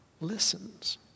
listens